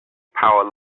power